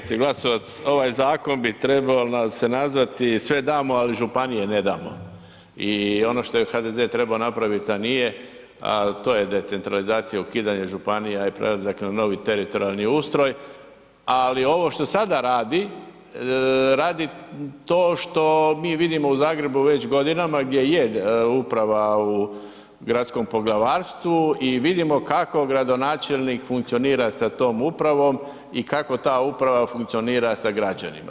Kolegice Glasovac ovaj zakon bi trebalo se nazvati, sve damo ali županije ne damo i ono što je HDZ trebao napravit, a nije, a to je decentralizacija, ukidanje županija i prelazak na novi teritorijalni ustroj, ali ovo što sada radi, radi to što mi vidimo u Zagrebu već godinama gdje je uprava u gradskom poglavarstvu i vidimo kako gradonačelnik funkcionira sa tom upravom i kako ta uprava funkcionira sa građanima.